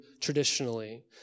traditionally